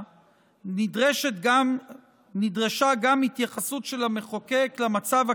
נדרשה גם התייחסות של המחוקק למצב הקיים,